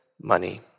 money